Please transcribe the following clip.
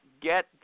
get